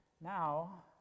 Now